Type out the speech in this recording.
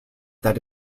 that